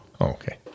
Okay